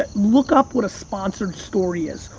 ah look up what a sponsored story is,